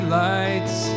lights